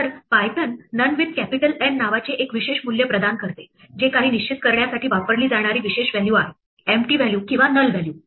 तर Python None with Capital N नावाचे एक विशेष मूल्य प्रदान करते जे काही निश्चित करण्यासाठी वापरली जाणारी विशेष व्हॅल्यू आहे एम्पटी व्हॅल्यू किंवा null व्हॅल्यू